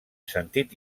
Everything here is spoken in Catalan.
sentit